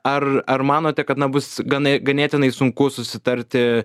ar ar manote kad na bus ganė ganėtinai sunku susitarti